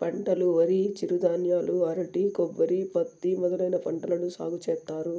పంటలువరి, చిరుధాన్యాలు, అరటి, కొబ్బరి, పత్తి మొదలైన పంటలను సాగు చేత్తారు